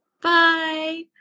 Bye